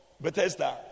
Bethesda